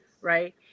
right